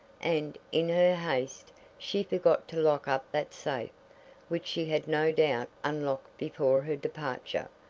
and, in her haste, she forgot to lock up that safe which she had no doubt unlocked before her departure.